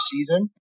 season